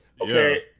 Okay